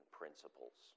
principles